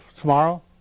tomorrow